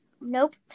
Nope